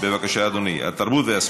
התרבות והספורט.